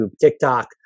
TikTok